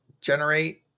generate